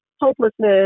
hopelessness